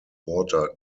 water